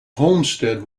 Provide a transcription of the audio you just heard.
homestead